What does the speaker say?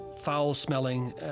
foul-smelling